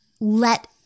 let